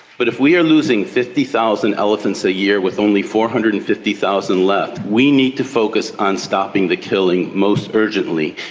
but if we are losing fifty thousand elephants a year with only four hundred and fifty thousand left, we need to focus on stopping the killing most urgently.